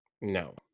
No